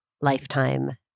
lifetime